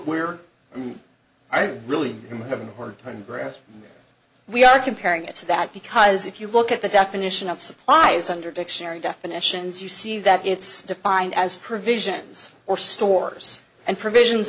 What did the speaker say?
and i really am having a hard time grasping we are comparing it to that because if you look at the definition of supply is under dictionary definitions you see that it's defined as provisions or stores and provisions